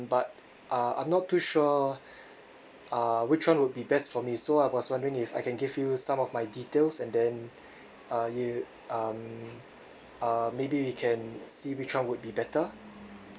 but uh I'm not too sure uh which one would be best for me so I was wondering if I can give you some of my details and then uh you um uh maybe we can see which one would be better